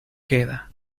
queda